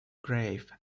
grave